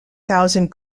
thousand